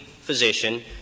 physician